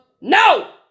No